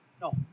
No